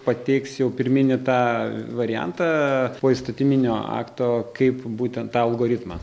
pateiks jau pirminį tą variantą poįstatyminio akto kaip būtent tą algoritmą